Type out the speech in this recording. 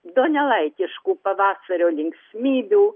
donelaitiškų pavasario linksmybių